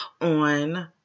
on